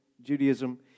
Judaism